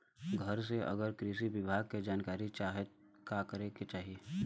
घरे से अगर कृषि विभाग के जानकारी चाहीत का करे के चाही?